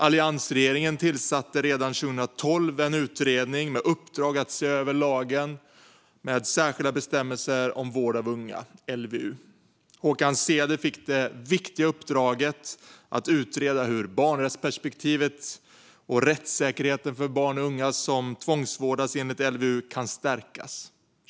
Alliansregeringen tillsatte redan 2012 en utredning med uppdrag att se över lagen med särskilda bestämmelser om vård av unga, LVU. Håkan Ceder fick det viktiga uppdraget att utreda hur barnrättsperspektivet och rättssäkerheten för barn och unga som tvångsvårdas enligt LVU kan stärkas.